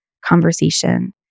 conversation